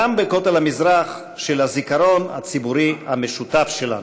גם בכותל המזרח של הזיכרון הציבורי המשותף שלנו.